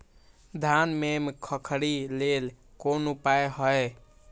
धान में खखरी लेल कोन उपाय हय?